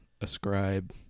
ascribe